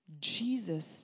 Jesus